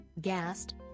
gassed